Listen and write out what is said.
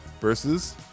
versus